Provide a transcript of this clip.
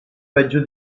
peggio